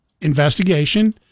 investigation